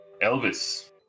Elvis